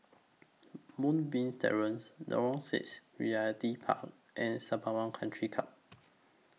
Moonbeam Terrace Lorong six Realty Park and Sembawang Country Club